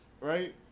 right